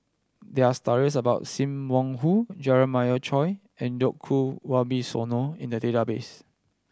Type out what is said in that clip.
there are stories about Sim Wong Hoo Jeremiah Choy and Djoko Wibisono in the database